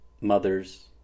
mothers